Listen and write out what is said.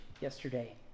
yesterday